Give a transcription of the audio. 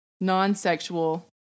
non-sexual